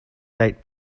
date